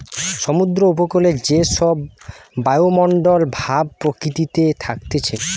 সমুদ্র উপকূলে যে সব বায়ুমণ্ডল ভাব প্রকৃতিতে থাকতিছে